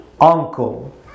uncle